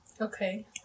okay